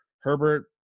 Herbert